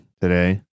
today